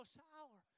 sour